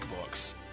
books